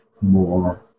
more